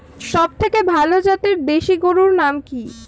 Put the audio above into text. সবথেকে ভালো জাতের দেশি গরুর নাম কি?